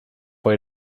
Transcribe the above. way